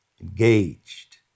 engaged